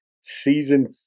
season